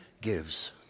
gives